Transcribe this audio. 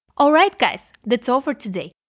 alright guys, that's all for today!